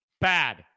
Bad